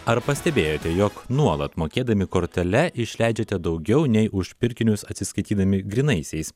ar pastebėjote jog nuolat mokėdami kortele išleidžiate daugiau nei už pirkinius atsiskaitydami grynaisiais